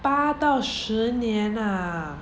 八到十年 ah